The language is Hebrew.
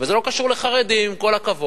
וזה לא קשור לחרדים, עם כל הכבוד.